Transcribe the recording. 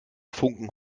funken